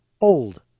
old